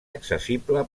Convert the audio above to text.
accessible